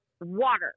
water